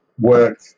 work